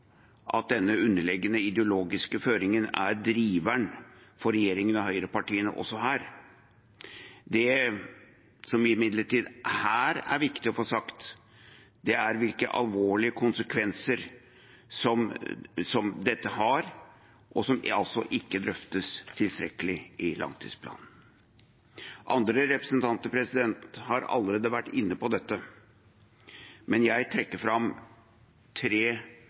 at denne underliggende ideologiske føringen er driveren for regjeringen og høyrepartiene også her. Det som imidlertid her er viktig å få sagt, er hvilke alvorlige konsekvenser dette har, noe som altså ikke drøftes tilstrekkelig i langtidsplanen. Andre representanter har allerede vært inne på dette, men jeg vil trekke fram tre